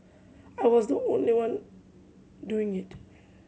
I was not the only one doing it